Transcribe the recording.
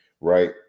Right